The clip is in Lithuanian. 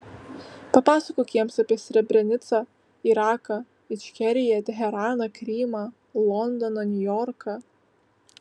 papasakok jiems apie srebrenicą iraką ičkeriją teheraną krymą londoną niujorką